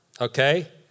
Okay